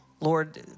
Lord